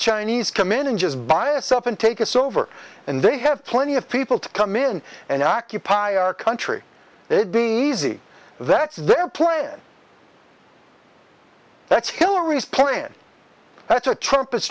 chinese come in and just by itself and take us over and they have plenty of people to come in and occupy our country they'd be easy that's their plan that's hillary's plan that's a trump